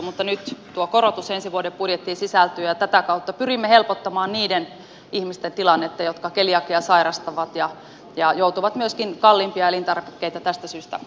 mutta nyt tuo korotus ensi vuoden budjettiin sisältyy ja tätä kautta pyrimme helpottamaan niiden ihmisten tilannetta jotka keliakiaa sairastavat ja joutuvat myöskin kalliimpia elintarvikkeita tästä syystä